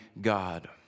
God